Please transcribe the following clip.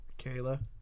Kayla